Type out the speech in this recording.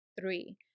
Three